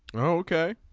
okay